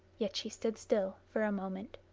yet she stood still for a moment.